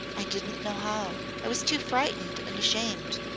i did not know how. i was too frightened and ashamed.